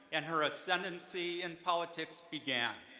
and her ascendancy in politics began.